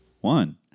one